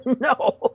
No